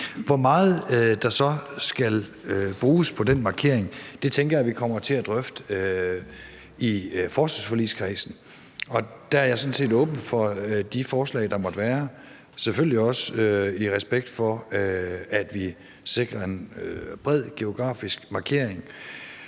Hvor meget der så skal bruges på den markering, tænker jeg vi kommer til at drøfte i forsvarsforligskredsen. Der er jeg sådan set åben for de forslag, der måtte være, selvfølgelig også i respekt for, at vi sikrer en bred geografisk markering,